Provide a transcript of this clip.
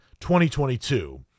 2022